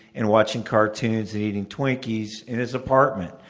and watching cartoons, and eating twinkies in his apartment.